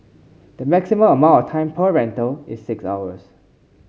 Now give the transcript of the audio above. the maximum amount of time per rental is six hours